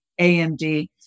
AMD